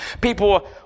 People